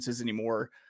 anymore